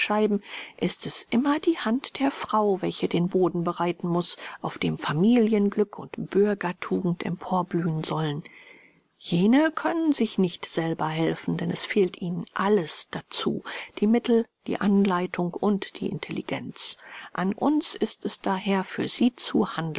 ist es immer die hand der frau welche den boden bereiten muß auf dem familienglück und bürgertugend emporblühen sollen jene können sich nicht selber helfen denn es fehlt ihnen alles dazu die mittel die anleitung und die intelligenz an uns ist es daher für sie